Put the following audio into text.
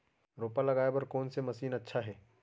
रोपा लगाय बर कोन से मशीन अच्छा हे?